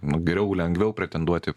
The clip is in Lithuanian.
geriau lengviau pretenduoti